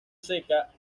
seca